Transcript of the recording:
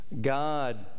God